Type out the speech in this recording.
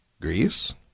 Greece